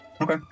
Okay